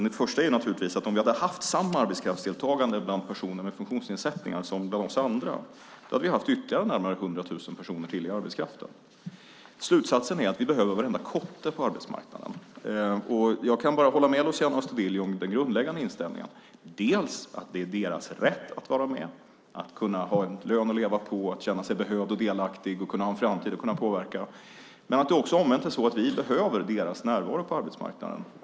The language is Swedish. Den första är naturligtvis att om vi hade haft samma arbetskraftsdeltagande bland personer med funktionsnedsättningar som bland oss andra hade vi haft ytterligare närmare 100 000 personer i arbetskraften. Slutsatsen är att vi behöver varenda kotte på arbetsmarknaden. Jag kan bara hålla med Luciano Astudillo om den grundläggande inställningen, att det är deras rätt att vara med, att kunna ha en lön att leva på, att känna sig behövda och delaktiga och kunna ha en framtid att kunna påverka. Det är också omvänt så att vi behöver deras närvaro på arbetsmarknaden.